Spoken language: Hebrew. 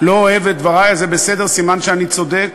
לא אוהב את דברי, אז זה בסדר, סימן שאני צודק,